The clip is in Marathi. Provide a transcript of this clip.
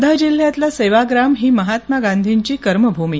वर्धा जिल्ह्यातलं सेवाग्राम ही महात्मा गांधींची कर्मभूमी